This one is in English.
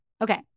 Okay